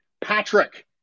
Patrick